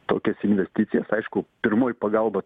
tokias investicijas aišku pirmoji pagalba